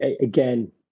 again